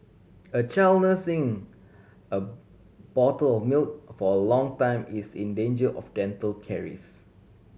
a child nursing a bottle of milk for a long time is in danger of dental caries